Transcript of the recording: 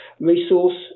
resource